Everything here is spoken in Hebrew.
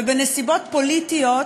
ובנסיבות פוליטיות